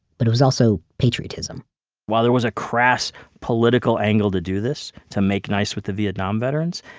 but it was also patriotism while there was a crass, political angle to do this, to make nice with the vietnam veterans,